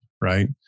right